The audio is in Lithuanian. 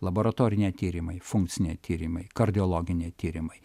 laboratoriniai tyrimai funkciniai tyrimai kardiologiniai tyrimai